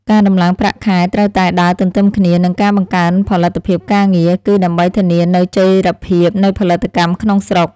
ការដំឡើងប្រាក់ខែត្រូវតែដើរទន្ទឹមគ្នានឹងការបង្កើនផលិតភាពការងារ គឺដើម្បីធានានូវចីរភាពនៃផលិតកម្មក្នុងស្រុក។